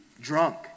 drunk